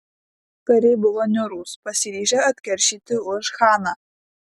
kariai buvo niūrūs pasiryžę atkeršyti už chaną